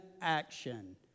action